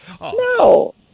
No